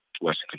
Western